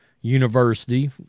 University